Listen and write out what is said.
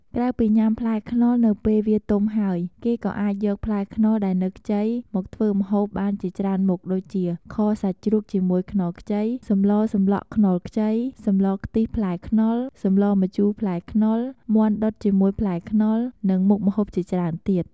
ក្រៅពីញាំផ្លែខ្នុរនៅពេលវាទុំហើយ គេក៏អាចយកផ្លែខ្នុរដែលនៅខ្ចី មកធ្វើម្ហូបបានជាច្រើនមុខដូចជា ខសាច់ជ្រូកជាមួយខ្នុរខ្ចី សម្លសម្លក់ខ្នុរខ្ចី សម្លខ្លិះផ្លែរខ្នុរ សម្លម្ជូរផ្លែរខ្នុរ មាត់ដុតជាមួយផ្លែខ្នុរ និងមុខម្ហូបជាច្រើនទៀត។